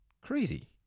Crazy